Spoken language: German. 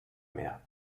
mehr